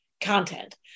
content